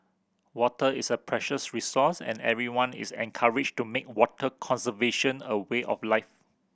water is a precious resource and everyone is encouraged to make water conservation a way of life